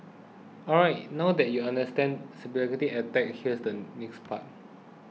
alright now you understand speculative attacks here's the next part